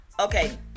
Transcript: Okay